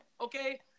Okay